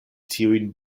tiujn